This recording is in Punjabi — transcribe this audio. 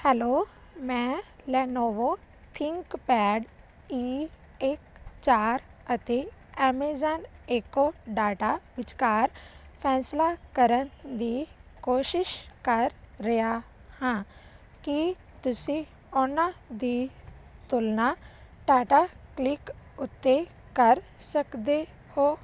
ਹੈਲੋ ਮੈਂ ਲੈਨੌਵੋ ਥਿੰਕ ਪੈਡ ਈ ਇੱਕ ਚਾਰ ਅਤੇ ਐਮੇਜਾਨ ਇਕੋ ਡਾਟਾ ਵਿਚਕਾਰ ਫੈਸਲਾ ਕਰਨ ਦੀ ਕੋਸ਼ਿਸ਼ ਕਰ ਰਿਹਾ ਹਾਂ ਕਿ ਤੁਸੀਂ ਉਹਨਾਂ ਦੀ ਤੁਲਨਾ ਟਾਟਾ ਕਲਿਕ ਉੱਤੇ ਕਰ ਸਕਦੇ ਹੋ